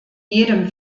jedem